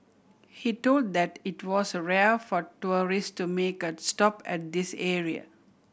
he told that it was rare for tourist to make a stop at this area